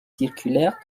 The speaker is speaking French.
circulaire